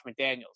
McDaniels